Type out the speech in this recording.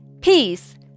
peace